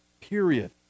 period